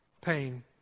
pain